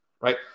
right